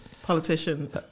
Politician